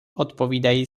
odpovídají